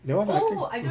that one I think